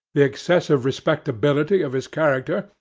the excessive respectability of his character,